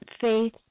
faith